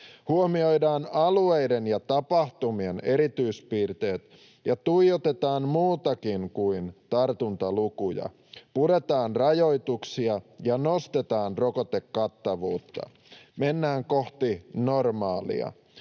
Huomioidaan alueiden ja tapahtumien erityispiirteet ja tuijotetaan muutakin kuin tartuntalukuja. Puretaan rajoituksia ja nostetaan rokotekattavuutta. Mennään kohti normaalia.